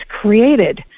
created